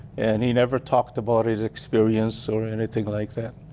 and he never talked about his experience or anything like that.